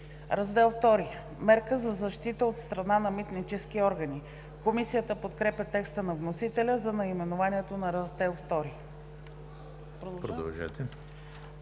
„Раздел II – Мерки за защита от страна на митническите органи“. Комисията подкрепя текста на вносителя за наименованието на Раздел ІІ. Комисията